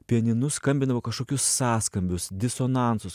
pianinu skambindavo kažkokius sąskambius disonansus